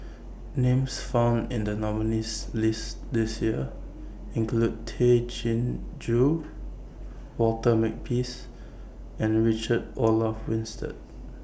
Names found in The nominees' list This Year include Tay Chin Joo Walter Makepeace and Richard Olaf Winstedt